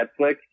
Netflix